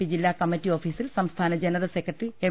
P ജില്ലാ കമ്മിറ്റി ഓഫീസിൽ സംസ്ഥാന ജനറൽ സെക്രട്ടറി എം